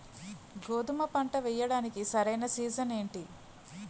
గోధుమపంట వేయడానికి సరైన సీజన్ ఏంటి?